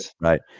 right